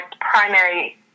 primary